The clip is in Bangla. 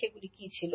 সেগুলি কী ছিল